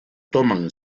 toman